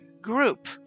group